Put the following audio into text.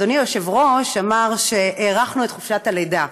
אדוני היושב-ראש אמר שהארכנו את חופשת הלידה.